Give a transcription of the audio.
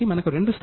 అతని కాలం క్రీ